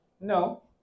No